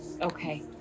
Okay